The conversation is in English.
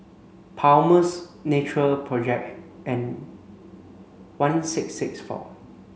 Palmer's Natural project and one six six four